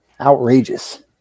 Outrageous